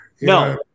No